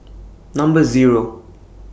Number Zero